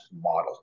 model